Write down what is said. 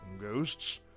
ghosts